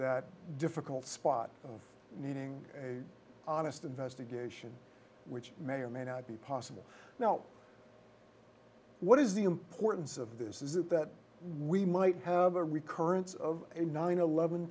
that difficult spot needing a honest investigation which may or may not be possible now what is the importance of this is it that we might have a recurrence of a nine eleven